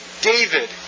David